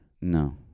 No